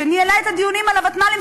שניהלה את הדיונים על הוותמ"לים,